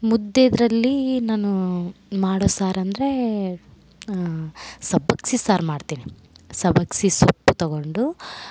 ಮುದ್ದೆದರಲ್ಲಿ ನಾನು ಮಾಡೋ ಸಾರಂದರೆ ಸಬ್ಬಕ್ಸಿ ಸಾರು ಮಾಡ್ತೀನಿ ಸಬ್ಬಕ್ಸಿ ಸೊಪ್ಪು ತಗೊಂಡು